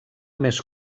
més